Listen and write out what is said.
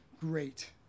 Great